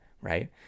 right